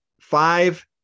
Five